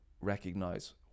recognize